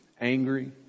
angry